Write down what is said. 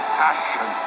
passion